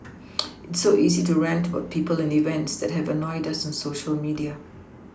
it's so easy to rant about people and events that have annoyed us on Social media